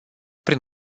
prin